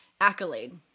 accolade